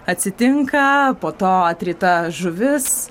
atsitinka po to atryta žuvis